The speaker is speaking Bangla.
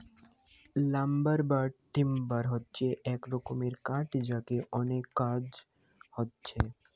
লাম্বার বা টিম্বার হচ্ছে এক রকমের কাঠ যাতে অনেক কাজ হচ্ছে